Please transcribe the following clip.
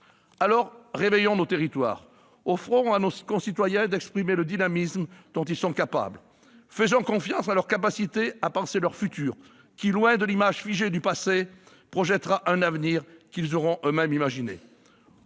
Alors, réveillons nos territoires ! Offrons à nos concitoyens la possibilité d'exprimer le dynamisme dont ils sont capables ! Faisons confiance à leur aptitude à penser leur futur qui, loin de l'image figée du passé, projettera un avenir qu'ils auront eux-mêmes imaginé.